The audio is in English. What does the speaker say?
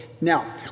Now